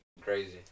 crazy